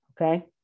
Okay